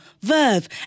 verve